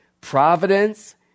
Providence